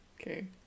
Okay